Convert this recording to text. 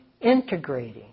integrating